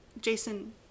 Jason